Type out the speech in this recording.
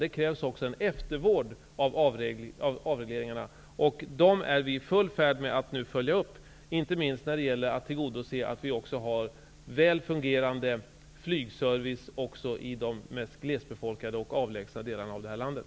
Det krävs också eftervård av avregleringarna, och vi är nu i full färd med att följa upp dessa. Det gäller inte minst att tillgodose att vi har väl fungerande flygservice också i de mest glesbefolkade och avlägsna delarna av landet.